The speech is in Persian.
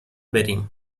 بریم